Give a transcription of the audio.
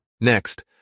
Next